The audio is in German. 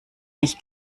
mich